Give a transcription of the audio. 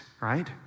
right